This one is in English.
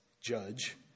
Judge